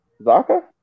Zaka